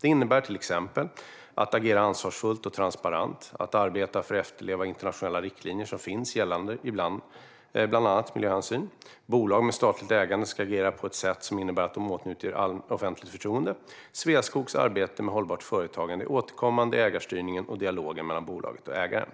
Det innebär till exempel att agera ansvarsfullt och transparent och arbeta för att efterleva internationella riktlinjer som finns gällande bland annat miljöhänsyn. Bolag med statligt ägande ska agera på ett sätt som innebär att de åtnjuter offentligt förtroende. Sveaskogs arbete med hållbart företagande är återkommande i ägarstyrningen och dialogen mellan bolaget och ägaren.